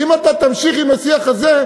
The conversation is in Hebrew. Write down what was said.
כי אם אתה תמשיך עם השיח הזה,